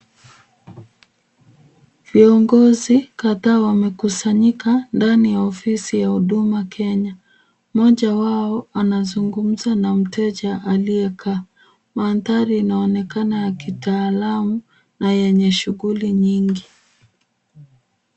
Viongozi kadhaa wamekusanyika ndani ya ofisi ya Huduma Kenya. Mmoja wao anazungumza na mteja aliyekaa. Mandhari inaonekana ya kitaalamu na yenye shughuli nyingi.